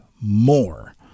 more